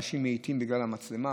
אנשים מאיטים בגלל המצלמה.